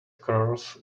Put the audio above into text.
curls